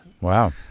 Wow